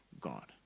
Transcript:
God